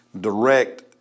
direct